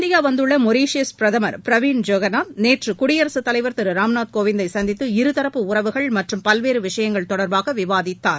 India வந்துள்ள Mauritius பிரதமா் Pravind Jugnauth நேற்று குடியரசுத்தலைவா் திரு ராம்நாத் கோவிந்தை சந்தித்து இருதரப்பு உறவுகள் மற்றும் பல்வேறு விஷயங்கள் தொடர்பாக விவாதித்தார்